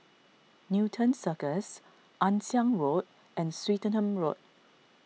Newton Cirus Ann Siang Road and Swettenham Road